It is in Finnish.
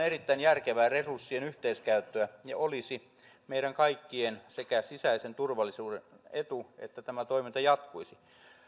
erittäin järkevää resurssien yhteiskäyttöä ja olisi meidän kaikkien sekä sisäisen turvallisuuden etu että tämä toiminta jatkuisi